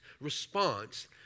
response